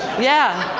yeah.